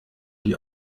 die